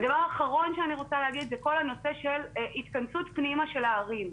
הדבר האחרון שאני רוצה להגיד הוא כל הנושא של התכנסות פנימה של הערים.